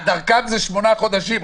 דרכם, זה שמונה חודשים.